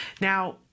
Now